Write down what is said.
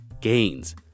gains